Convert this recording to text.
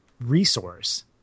resource